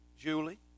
Julie